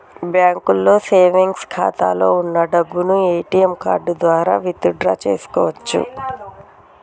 బ్యాంకులో సేవెంగ్స్ ఖాతాలో వున్న డబ్బును ఏటీఎం కార్డు ద్వారా విత్ డ్రా చేసుకోవచ్చు